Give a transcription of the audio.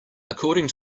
according